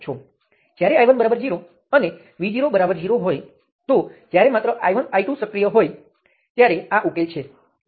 પછી હું આ કેસોને ભેગાં કરીશ અને ઉકેલ તરીકે Vx એ Vx1 વત્તા Vx2 વત્તા Vx3 શોધીશ